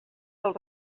del